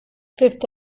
fifth